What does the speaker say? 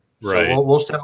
Right